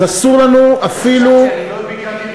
אז אסור לנו אפילו, תסלח לי,